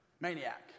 maniac